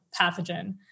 pathogen